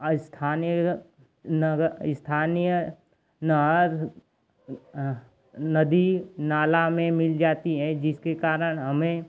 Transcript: स्थानीय नगर स्थानीय नहर नदी नाला में मिल जाती है जिसके कारण हमें